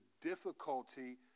difficulty